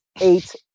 eight